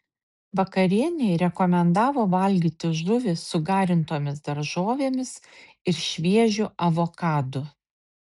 vakarienei rekomendavo valgyti žuvį su garintomis daržovėmis ir šviežiu avokadu